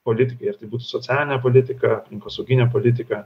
politikai ar tai bus socialinė politika aplinkosauginė politika